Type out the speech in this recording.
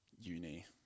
uni